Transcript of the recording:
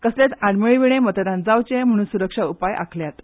कसलेच आडमेळीवीणे मतदान जावचे म्हण सुरक्षा उपाय आखल्यात